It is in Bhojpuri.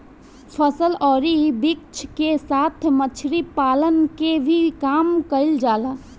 फसल अउरी वृक्ष के साथ मछरी पालन के भी काम कईल जाला